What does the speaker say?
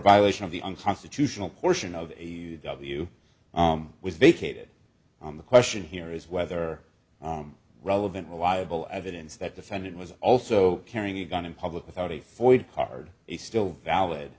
violation of the unconstitutional portion of w was vacated on the question here is whether relevant reliable evidence that defendant was also carrying a gun in public without a forward card is still valid